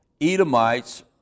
Edomites